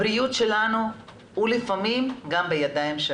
הבריאות שלנו היא לפעמים גם בידינו,